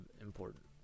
important